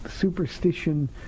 superstition